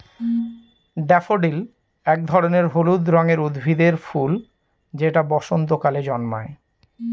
daffodil এক ধরনের হলুদ রঙের উদ্ভিদের ফুল যেটা বসন্তকালে জন্মায়